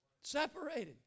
Separated